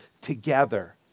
together